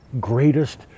greatest